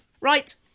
Right